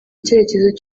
icyerekezo